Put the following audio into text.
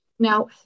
Now